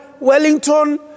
Wellington